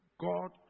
God